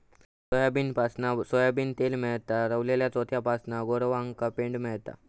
सोयाबीनपासना सोयाबीन तेल मेळता, रवलल्या चोथ्यापासना गोरवांका पेंड मेळता